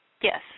Yes